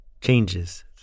changes